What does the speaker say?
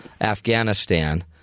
Afghanistan